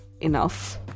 enough